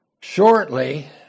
Shortly